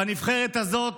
בנבחרת הזאת